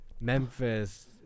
Memphis